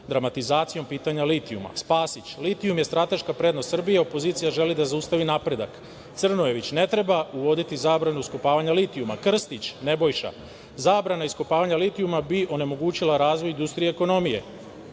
dramatizacijom pitanja litijuma; Spasić – litijum je strateška prednost Srbije, opozicija želi da obustavi napredak; Crnojević – ne treba uvodi zabranu iskopavanja litijuma; Krstić Nebojša – zabrana iskopavanja litijuma bi onemogućila razvoj industrije i ekonomije;